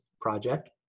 project